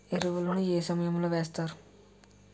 ఎరువుల ను ఏ సమయం లో వేస్తారు?